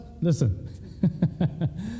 listen